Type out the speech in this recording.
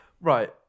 Right